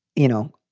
you know,